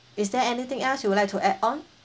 is there anything else you would like to add on